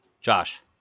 Josh